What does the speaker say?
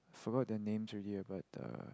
forgot their names already ah but uh